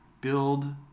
build